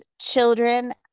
children